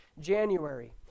January